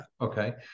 Okay